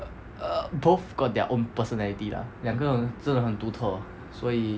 err both got their own personality lah 两个人真的很独特所以